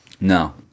No